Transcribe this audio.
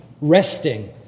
resting